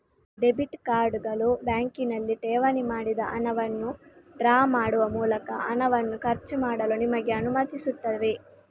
debit ಕಾರ್ಡುಗಳು ಬ್ಯಾಂಕಿನಲ್ಲಿ ಠೇವಣಿ ಮಾಡಿದ ಹಣವನ್ನು ಡ್ರಾ ಮಾಡುವ ಮೂಲಕ ಹಣವನ್ನು ಖರ್ಚು ಮಾಡಲು ನಿಮಗೆ ಅನುಮತಿಸುತ್ತವೆ